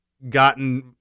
gotten